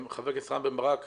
חבר הכנסת רם בן ברק,